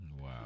Wow